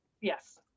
Yes